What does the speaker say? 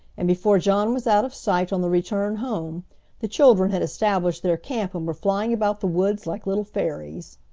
and before john was out of sight on the return home the children had established their camp and were flying about the woods like little fairies.